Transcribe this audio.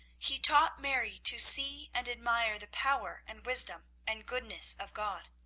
he taught mary to see and admire the power and wisdom and goodness of god.